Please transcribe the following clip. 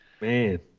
Man